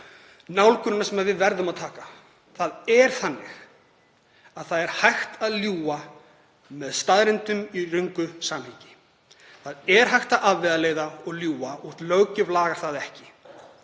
nálgunina sem við verðum að taka. Það er hægt að ljúga með staðreyndum í röngu samhengi. Það er hægt að afvegaleiða og ljúga og löggjöf lagar það ekki.